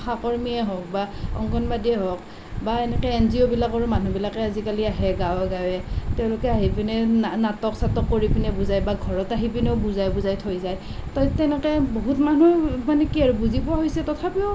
আশাকৰ্মীয়েই হওক বা অংগনবাদীয়েই হওক বা এনেকৈ এন জি অ'বিলাকৰ মানুহবিলাকে আজিকালি আহে গাঁৱে গাঁৱে তেওঁলোকে আহি পিনে না নাটক চাটক কৰি পিনে বুজায় বা ঘৰত আহি পিনেও বুজাই বুজাই থৈ যায় তে তেনেকৈ বহুত মানুহ মানে কি আৰু বুজি পোৱা হৈছে তথাপিও